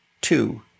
two